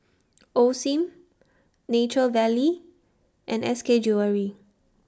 Osim Nature Valley and S K Jewellery